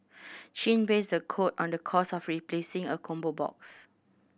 chin based the quote on the cost of replacing a combo box